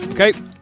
Okay